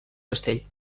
castell